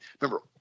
Remember